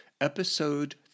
Episode